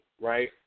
right